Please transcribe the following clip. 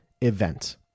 event